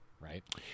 right